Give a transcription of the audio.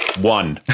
one!